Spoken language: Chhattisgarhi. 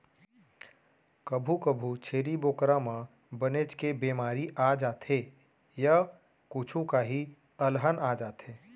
कभू कभू छेरी बोकरा म बनेच के बेमारी आ जाथे य कुछु काही अलहन आ जाथे